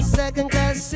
second-class